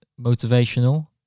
motivational